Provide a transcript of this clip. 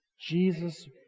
Jesus